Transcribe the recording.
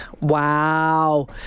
wow